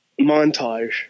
montage